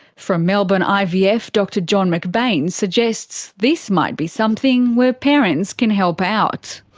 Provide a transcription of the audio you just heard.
from melbourne ivf, dr john mcbain suggests this might be something where parents can help out.